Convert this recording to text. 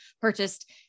purchased